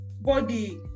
Body